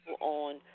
on